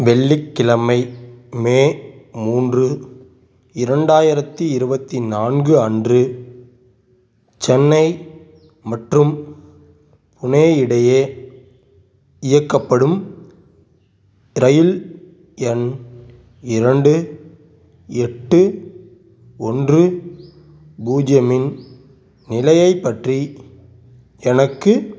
வெள்ளிக்கிழமை மே மூன்று இரண்டாயிரத்து இருபத்தி நான்கு அன்று சென்னை மற்றும் புனே இடையே இயக்கப்படும் ரயில் எண் இரண்டு எட்டு ஒன்று பூஜ்ஜியமின் நிலையைப் பற்றி எனக்கு